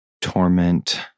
torment